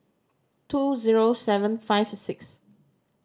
two zero seven five six